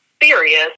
serious